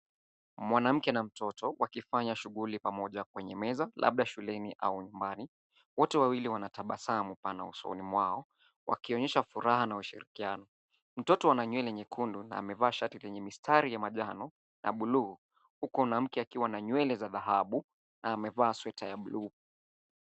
Mwanamke na mtoto, wakifanya shughuli pamoja kwenye meza, labda shuleni au nyumbani. Wote wawili wana tabasamu pana usoni mwao, wakionyesha furaha na ushirikiano. Mtoto ana nywele nyekundu na amevaa shati lenye mistari ya manjano na blue , huku mwanamke akiwa na nywele za dhahabu, na amevaa sweta ya blue .